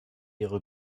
ihre